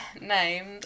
named